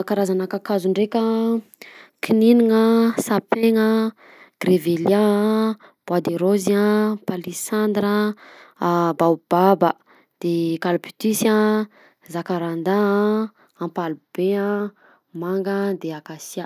Karazana kakazo ndreka a, kininona a, sapin-gna a, grevilia a, bois de rose a, palissandre a, a baobab, de calbutus a, zakaradaha, ampalibe a, manga a, de akasia.